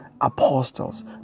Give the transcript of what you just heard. apostles